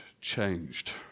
changed